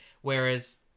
whereas